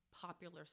Popular